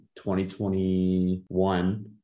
2021